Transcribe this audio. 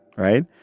right?